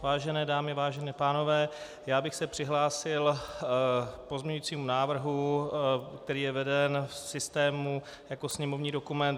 Vážené dámy, vážení pánové, já bych se přihlásil k pozměňujícímu návrhu, který je veden v systému jako sněmovní dokument 2263.